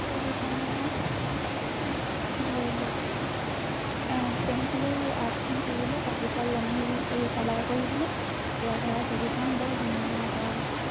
ছবিসমূহত ধৰি লওক পেঞ্চিলে আৰ্টখন কৰিলে তাৰপিছত ৰঙিল কৰি কালাৰ কৰি দিলে ইয়াৰ ধাৰা ছবিখন বৰ ধুনীয়া এটা